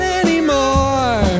anymore